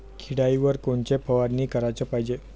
किड्याइवर कोनची फवारनी कराच पायजे?